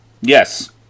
Yes